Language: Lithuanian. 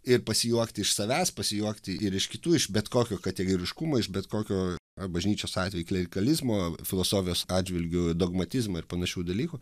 ir pasijuokti iš savęs pasijuokti ir iš kitų iš bet kokio kategoriškumo iš bet kokio ar bažnyčios atveju klerikalizmo filosofijos atžvilgiu dogmatizmo ir panašių dalykų